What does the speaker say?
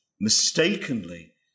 mistakenly